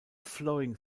flowing